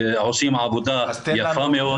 הם עושים עבודה יפה מאוד,